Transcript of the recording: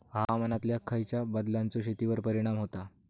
हवामानातल्या खयच्या बदलांचो शेतीवर परिणाम होता?